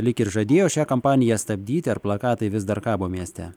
lyg ir žadėjo šią kampaniją stabdyti ar plakatai vis dar kabo mieste